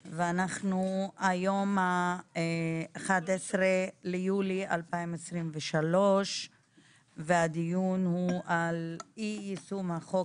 היום 11 ביולי 2023. הדיון הוא על אי יישום החוק